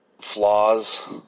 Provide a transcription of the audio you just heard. flaws